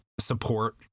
support